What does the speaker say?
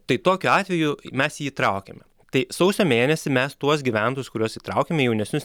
tai tokiu atveju mes jį įtraukėme tai sausio mėnesį mes tuos gyventojus kuriuos įtraukėme jaunesnius